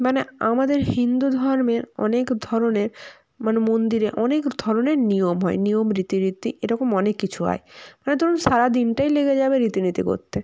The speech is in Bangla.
মানে আমাদের হিন্দু ধর্মের অনেক ধরনের মানে মন্দিরে অনেক ধরনের নিয়ম হয় নিয়ম রীতি রীতি এরকম অনেক কিছু হয় মানে ধরুন সারা দিনটাই লেগে যাবে রীতি নীতি করতে